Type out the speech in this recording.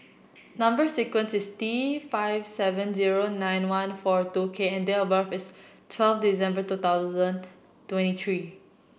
number sequence is T five seven zero nine one four two K and date of birth is twelve December two thousand two and three